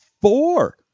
Four